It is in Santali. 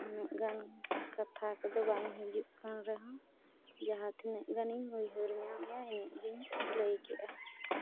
ᱩᱱᱟᱹᱜ ᱜᱟᱱ ᱠᱟᱛᱷᱟ ᱠᱚᱫᱚ ᱵᱟᱝ ᱦᱤᱡᱩᱜ ᱠᱟᱱ ᱨᱮᱦᱚᱸ ᱡᱟᱦᱟᱸ ᱛᱤᱱᱟᱹᱜ ᱜᱟᱱᱤᱧ ᱩᱭᱦᱟᱹᱨ ᱧᱟᱢᱮᱫᱟ ᱤᱱᱟᱹᱜ ᱜᱮᱧ ᱞᱟᱹᱭ ᱠᱮᱫᱟ